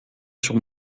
sur